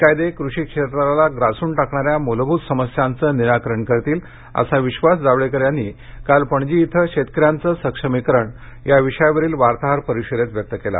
हे कायदे कृषी क्षेत्राला ग्रासून टाकणाऱ्या मूलभूत समस्यांचं निराकरण करतील असा विश्वास जावडेकर यांनी काल पणजी इथं शेतकऱ्यांचं सक्षमीकरण या विषयावरील वार्ताहर परिषदेत व्यक्त केला